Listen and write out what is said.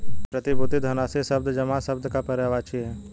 प्रतिभूति धनराशि शब्द जमा शब्द का पर्यायवाची है